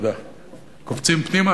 קופצים פנימה,